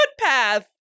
footpath